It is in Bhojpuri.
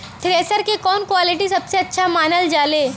थ्रेसर के कवन क्वालिटी सबसे अच्छा मानल जाले?